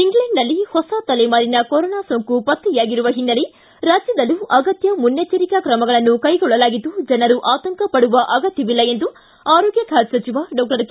ಇಂಗ್ಲೆಂಡ್ನಲ್ಲಿ ಹೊಸ ತಲೆಮಾರಿನ ಕೊರೋನಾ ಸೋಂಕು ಪತ್ತೆಯಾಗಿರುವ ಹಿನ್ನೆಲೆ ರಾಜ್ಯದಲ್ಲೂ ಅಗತ್ಯ ಮುನ್ನೆಚ್ಚರಿಕಾ ತ್ರಮಗಳನ್ನು ಕೈಗೊಳ್ಳಲಾಗಿದ್ದು ಜನರು ಆತಂಕಪಡುವ ಅಗತ್ಯವಿಲ್ಲ ಎಂದು ಆರೋಗ್ಯ ಖಾತೆ ಸಚಿವ ಡಾಕ್ಟರ್ ಕೆ